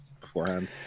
beforehand